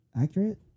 accurate